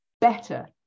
better